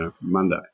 Monday